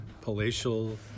palatial